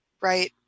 Right